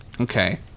Okay